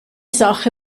sache